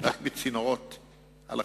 רק בצינורות הולכה.